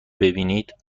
ببینید